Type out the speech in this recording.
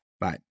bye